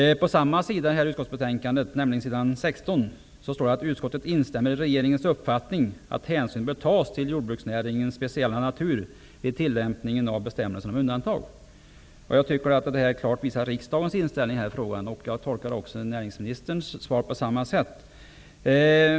På samma sida i utskottsbetänkandet, s. 16, står det även: ''Utskottet instämmer dock i regeringens uppfattning att hänsyn bör tas till jordbruksnäringens speciella natur vid tillämpningen av bestämmelserna om undantag.'' Jag tycker att detta klart visar riksdagens inställning i frågan. Jag tolkar näringsministerns svar på samma sätt.